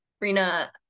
Rina